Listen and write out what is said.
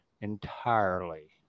entirely